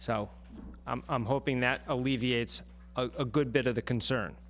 so i'm hoping that alleviates a good bit of the concern